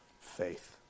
faith